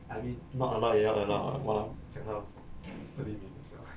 I mean not allowed 也要 allow ah !walao!